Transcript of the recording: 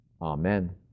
Amen